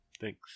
Thanks